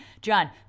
John